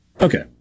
Okay